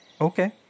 Okay